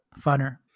funner